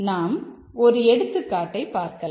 நாம் ஒரு எடுத்துக்காட்டை பார்க்கலாம்